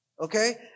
Okay